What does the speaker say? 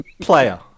player